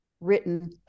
written